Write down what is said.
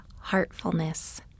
heartfulness